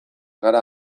gara